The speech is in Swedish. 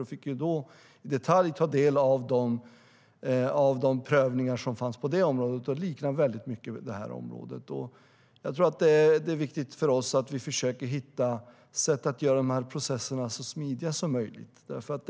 Jag fick då i detalj ta del av de prövningar som gjordes på det området, och de liknade väldigt mycket prövningarna på det här området. Det är viktigt att vi försöker hitta sätt att genomföra de här processerna så smidigt som möjligt.